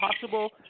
possible